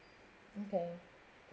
okay